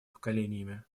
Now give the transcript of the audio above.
поколениями